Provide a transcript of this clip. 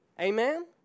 Amen